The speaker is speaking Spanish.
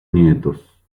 nietos